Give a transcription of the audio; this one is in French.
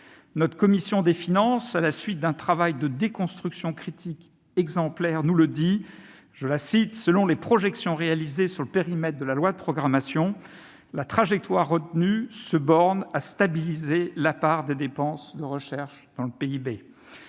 Notre commission des finances, à la suite d'un travail de déconstruction critique exemplaire, nous le montre : selon les projections réalisées, « sur le périmètre de la loi de programmation [...], la trajectoire retenue se borne à stabiliser la part des dépenses de recherche dans le PIB ».